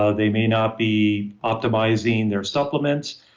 ah they may not be optimizing their supplements,